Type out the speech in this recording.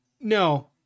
no